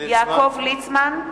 יעקב ליצמן,